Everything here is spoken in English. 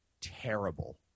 terrible